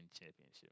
Championship